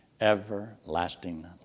everlasting